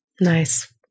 Nice